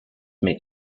may